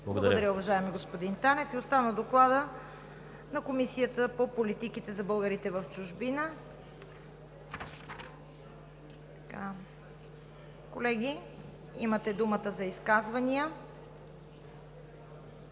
Благодаря, уважаеми господин Танев. Остана Докладът на Комисията по политиките за българите в чужбина. Колеги, имате думата за изказвания.